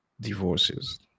divorces